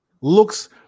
looks